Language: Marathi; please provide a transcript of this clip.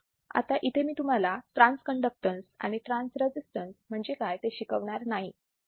आता इथे मी तुम्हाला ट्रान्स कण्डक्टॅन्स आणि ट्रान्स रजिस्टन्स म्हणजे काय ते शिकवणार नाही आहे